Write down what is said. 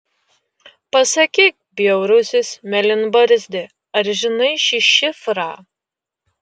pasakyk bjaurusis mėlynbarzdi ar žinai šį šifrą